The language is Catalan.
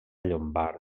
llombard